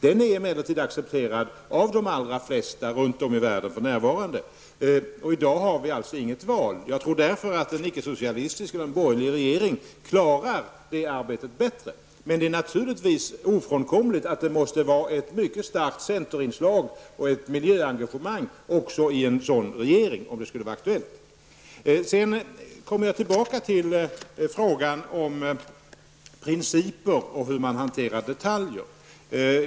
Denna är emellertid accepterad av de allra flesta runt om i världen. I dag har vi alltså inget val. Jag tror därför att en borgerlig regering klarar det arbetet bättre. Men det är naturligtvis ofrånkomligt att det måste vara ett mycket starkt centerinslag och ett miljöengagemang också i en sådan regering. Jag kommer sedan tillbaka till frågan om principer och hur man hanterar detaljer.